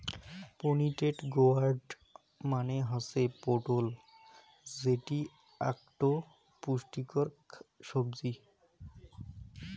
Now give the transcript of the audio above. pointed gourd মানে হসে পটল যেটি আকটো পুষ্টিকর সাব্জি